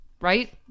right